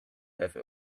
have